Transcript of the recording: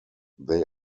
they